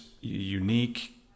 unique